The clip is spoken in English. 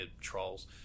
trolls